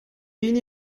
hini